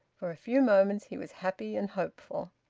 for a few moments he was happy and hopeful.